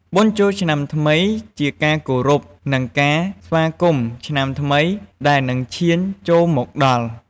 បុណ្យចូលឆ្នាំថ្មីជាការគោរព និងការស្វាគមន៏ឆ្នាំថ្មីដែលនិងឈានចូលមកដល់។